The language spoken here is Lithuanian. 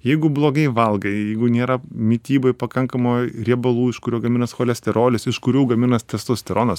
jeigu blogai valgai jeigu nėra mityboj pakankamoj riebalų iš kurio gaminas cholesterolis iš kurių gaminas testosteronas